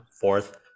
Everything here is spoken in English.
fourth